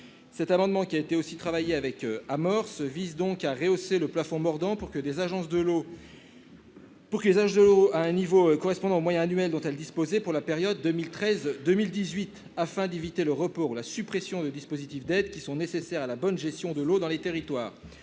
Cet amendement, qui a été travaillé avec l'association Amorce, vise donc à rehausser le plafond mordant pour les agences de l'eau à un niveau correspondant aux moyens annuels dont elles disposaient pour la période 2013-2018, afin d'éviter le report ou la suppression de dispositifs d'aides qui sont nécessaires à la bonne gestion de l'eau dans les territoires.